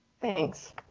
Thanks